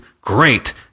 great